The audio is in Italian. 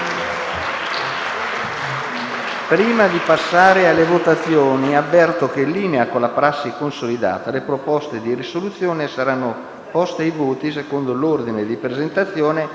Prima di passare alle votazioni, avverto che, in linea con una prassi consolidata, le proposte di risoluzione saranno poste ai voti secondo l'ordine di presentazione